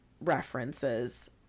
references